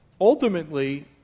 ultimately